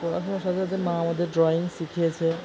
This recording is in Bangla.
পড়াশোনার সাথে সাথে মা আমাদের ড্রয়িং শিখিয়েছে